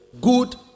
good